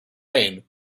rain